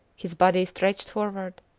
his body stretched forward,